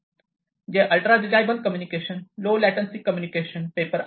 जे ultra reliable communication low latency communication paper आहे